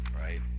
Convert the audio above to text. right